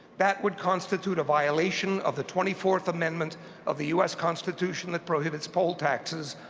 that would constitute a violation of the twenty fourth amendment of the u s. constitution that prohibits poll taxes.